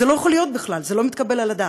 זה לא יכול להיות בכלל, זה לא מתקבל על הדעת.